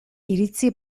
iritzi